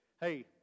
Hey